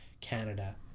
Canada